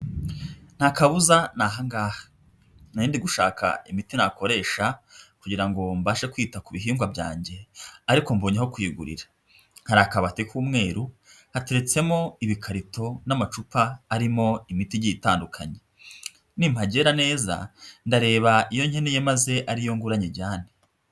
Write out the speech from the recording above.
Nta kabuza ni ahangaha, nari ndi gushaka imiti nakoresha kugira ngo mbashe kwita ku bihingwa byanjye ariko mbonye aho kuyigurira, hari akabati k'umweru hateretsemo ibikarito n'amacupa arimo imiti igiye itandukanye, nimpagera neza ndareba iyo nkeneye maze ariyo ngura nyijyane.